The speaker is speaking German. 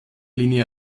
linie